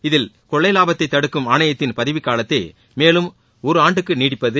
இதில் கொள்ளை லாபத்தை தடுக்கும் ஆணையத்தின் பதவிக்காலத்தை மேலும் ஒரு ஆண்டுக்கு நீட்டிப்பது